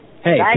Hey